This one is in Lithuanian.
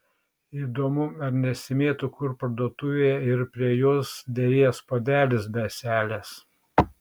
įdomu ar nesimėto kur parduotuvėje ir prie jos derėjęs puodelis be ąselės